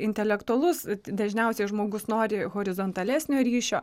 intelektualus dažniausiai žmogus nori horizontalesnio ryšio